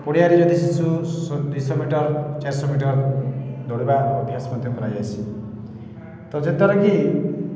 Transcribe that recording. ପଡ଼ିଆରେ ଯଦି ଶିଶୁ ଦୁଇଶହ ମିଟର ଚାରିଶହ ମିଟର ଦୌଡ଼ିବା ଅଭ୍ୟାସ ମଧ୍ୟ କରାଯାସି ତ ଯେତଦ୍ୱାରା କି